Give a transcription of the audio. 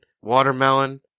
watermelon